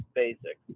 basic